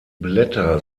blätter